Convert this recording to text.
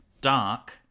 dark